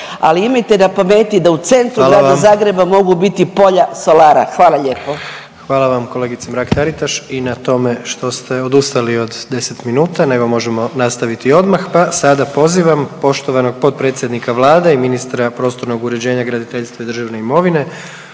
ali imajte na pameti da u centru Grada Zagreba …/Upadica: Hvala vam./… mogu biti polja solara. Hvala lijepo. **Jandroković, Gordan (HDZ)** Hvala vam kolegice Mrak Taritaš i na tome što ste odustali od 10 minuta nego možemo nastaviti odmah, pa sada pozivam poštovanog potpredsjednika Vlade i ministra prostornog uređenja, graditeljstva i državne imovine